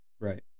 right